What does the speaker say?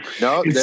No